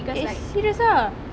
eh serious ah